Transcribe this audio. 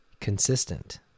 consistent